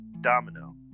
Domino